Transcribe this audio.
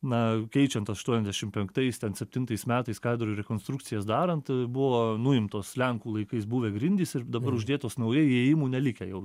na keičiant aštuondešim penktais ten septintais metais katedrų rekonstrukcijas darant buvo nuimtos lenkų laikais buvę grindys ir dabar uždėtos naujai įėjimų nelikę jau